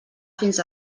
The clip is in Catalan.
fins